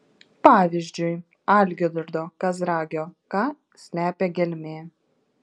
pavyzdžiui algirdo kazragio ką slepia gelmė